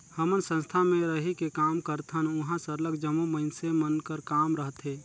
हमन संस्था में रहिके काम करथन उहाँ सरलग जम्मो मइनसे मन कर काम रहथे